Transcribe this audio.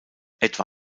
etwa